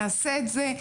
נעשה את זה,